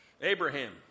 Abraham